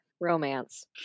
Romance